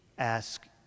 Ask